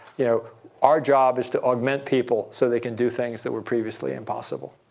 you know our job is to augment people so they can do things that were previously impossible.